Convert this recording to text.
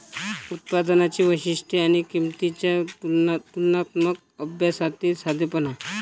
उत्पादनांची वैशिष्ट्ये आणि किंमतींच्या तुलनात्मक अभ्यासातील साधेपणा